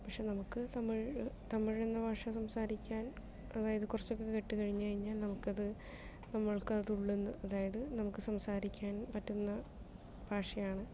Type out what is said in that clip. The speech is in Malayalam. പക്ഷേ നമുക്ക് തമിഴ് തമിഴ് എന്ന ഭാഷ സംസാരിക്കാൻ അതായത് കുറച്ചൊക്കെ കേട്ട് കഴിഞ്ഞു കഴിഞ്ഞാൽ പിന്നെ നമുക്കത് നമ്മൾക്കത് ഉള്ളിൽ അതായത് നമുക്ക് സംസാരിക്കാൻ പറ്റുന്ന ഭാഷയാണ്